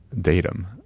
datum